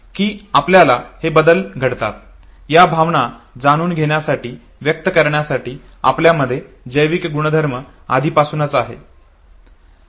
कि आपल्यात हे बदल कसे घडतात या भावना जाणून घेण्यासाठी व्यक्त करण्यासाठी आपल्यामध्ये जैविक गुणधर्म आधीपासूनच आहेत